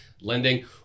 lending